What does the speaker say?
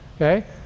Okay